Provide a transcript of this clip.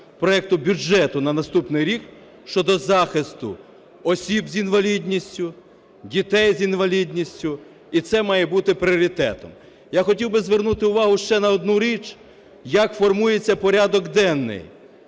проекту бюджету на наступний рік щодо захисту осіб з інвалідністю, дітей з інвалідністю, і це має бути пріоритетом. Я хотів би звернути увагу ще на одну річ, як формується порядок денний.